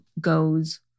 goes